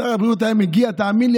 שר הבריאות היה מגיע, תאמין לי,